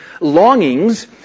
longings